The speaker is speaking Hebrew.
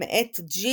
מאת ג'.